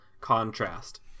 contrast